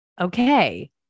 Okay